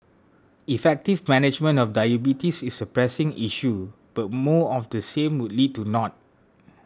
effective management of diabetes is a pressing issue but more of the same would lead to naught